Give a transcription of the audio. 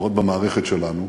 עוד במערכת שלנו,